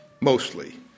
Mostly